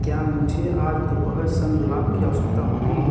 क्या मुझे आज दोपहर सनब्लॉक की आवश्यकता होगी